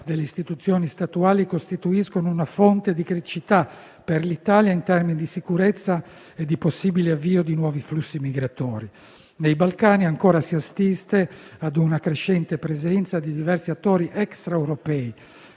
delle istituzioni statuali costituiscono una fonte di criticità per l'Italia in termini di sicurezza e di possibile avvio di nuovi flussi migratori. Nei Balcani ancora si assiste a una crescente presenza di diversi attori extraeuropei,